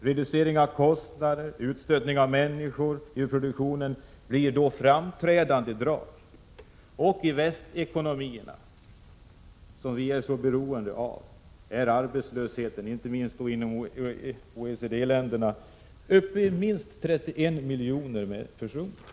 Reducering av kostnader och utstötning av människor ur produktionen blir då framträdande drag. I västekonomierna, som vi är så beroende av, är arbetslöshetstalen — inte minst inom OECD-länderna — uppe i minst 31 miljoner personer.